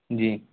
جی